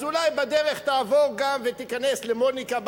אז אולי בדרך תעבור גם ותיכנס למוניקה בלחסן,